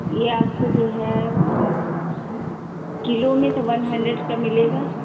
ये आपको जो है किलो में से वन हंड्रेड का मिलेगा